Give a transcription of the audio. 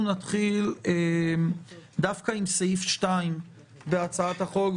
אנחנו נתחיל דווקא עם סעיף 2 בהצעות החוק,